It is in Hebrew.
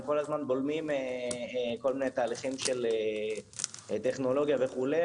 כל הזמן בולמים תהליכים של טכנולוגיה וכולי.